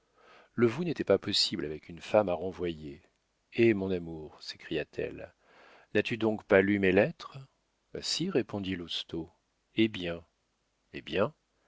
le vous n'était pas possible avec une femme à renvoyer eh mon amour s'écria-t-elle n'as-tu donc pas lu mes lettres si répondit lousteau eh bien eh bien